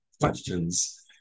questions